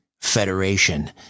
Federation